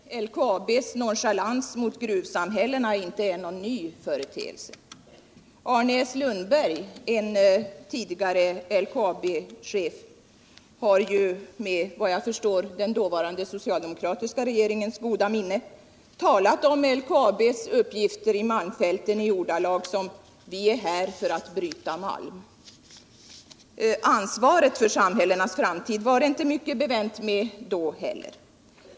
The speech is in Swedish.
Herr talman! Det är riktigt att LKAB:s nonchalans mot gruvsamhällena inte är någon ny företeelse. F. d. LKAB-chefen Arne S. Lundberg har med, såvitt jag förstår, den dåvarande socialdemokratiska regeringens goda minne talat om LKAB:s uppgifter i malmfälten i ordalagen ”vi är här för att bryta malm”. Ansvaret för samhällenas framtid var det inte heller då mycket bevänt med.